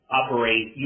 operate